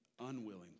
unwilling